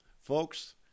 Folks